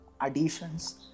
additions